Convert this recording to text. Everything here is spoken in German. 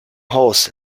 haus